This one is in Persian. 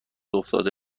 افتاده